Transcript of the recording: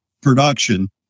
production